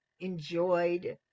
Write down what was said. enjoyed